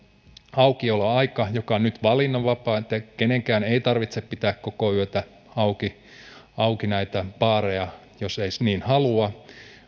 aukioloaika joka on nyt vapaavalintainen eli kenenkään ei tarvitse pitää koko yötä auki auki näitä baareja jos ei niin halua